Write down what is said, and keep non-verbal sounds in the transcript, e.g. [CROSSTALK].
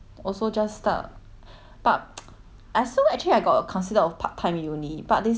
but [NOISE] ah so actually I got uh consider of part time uni but they say part time uni right the cert